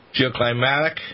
geoclimatic